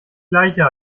gleicher